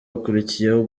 hakurikiyeho